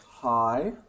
Hi